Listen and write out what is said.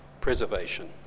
preservation